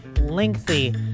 lengthy